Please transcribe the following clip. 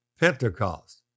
Pentecost